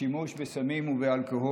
השימוש בסמים ובאלכוהול,